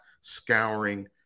scouring